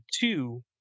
two